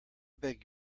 beg